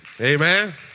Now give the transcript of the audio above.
Amen